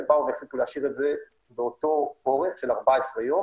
החליטו להשאיר את זה באותו אורך של 14 יום.